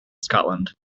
scotland